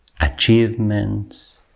achievements